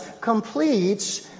completes